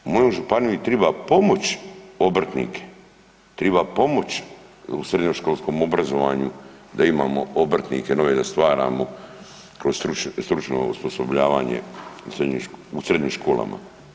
U mojoj županiji triba pomoć obrtnike, triba pomoć u srednjoškolskom obrazovanju da imamo obrtnike nove da stvaramo kroz stručno osposobljavanje u srednjim školama.